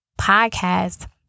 podcast